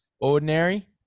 ordinary